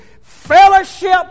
fellowship